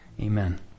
Amen